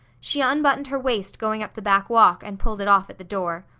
she unbuttoned her waist going up the back walk and pulled it off at the door.